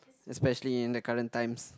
especially in the current times